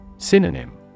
Synonym